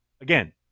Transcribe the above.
again